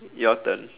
your turn